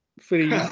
free